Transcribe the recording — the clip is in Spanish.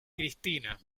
cristina